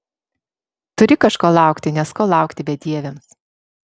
turi kažko laukti nes ko laukti bedieviams